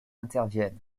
interviennent